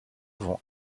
vont